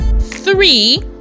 three